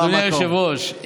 אדוני היושב-ראש,